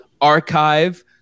archive